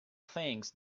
things